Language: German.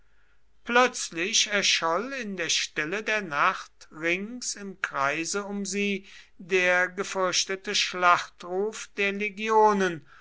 plötzlich erscholl in der stille der nacht rings im kreise um sie der gefürchtete schlachtruf der legionen